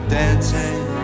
dancing